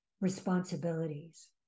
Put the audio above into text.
responsibilities